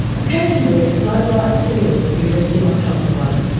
occasionally a slug-like seal would be resting on top of one,